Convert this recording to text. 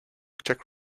czech